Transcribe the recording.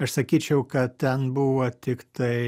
aš sakyčiau kad ten buvo tiktai